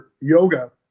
Yoga